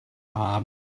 bob